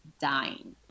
dying